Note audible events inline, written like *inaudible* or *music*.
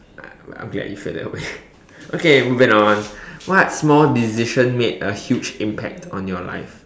I I'm glad you feel that way *breath* okay moving on what small decision made a huge impact on your life